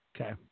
Okay